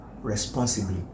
responsibly